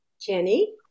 Jenny